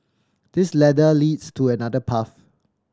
this ladder leads to another path